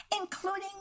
including